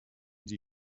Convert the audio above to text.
die